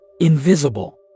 invisible